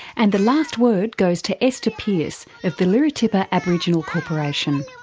and the last word goes to esther pierce of the lhere artepe ah aboriginal corporation.